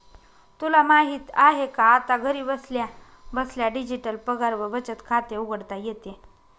तुला माहित आहे का? आता घरी बसल्या बसल्या डिजिटल पगार व बचत खाते उघडता येते